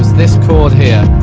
this chord here.